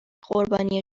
قربانی